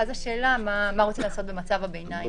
ואז השאלה מה רוצים לעשות במצב הביניים.